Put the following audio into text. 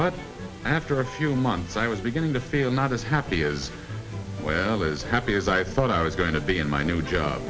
but after a few months i was beginning to feel not as happy as well as happy as i thought i was going to be in my new job